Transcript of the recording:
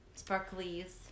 Sparklies